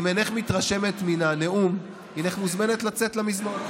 אם אינך מתרשמת מן הנאום הינך מוזמנת לצאת למזנון.